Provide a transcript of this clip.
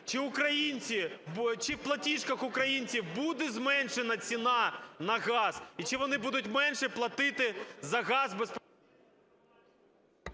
чи в платіжках українців буде зменшена ціна на газ і чи вони будуть менше платити за газ?